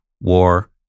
war